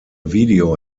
video